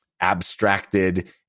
abstracted